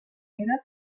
era